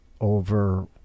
over